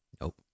Nope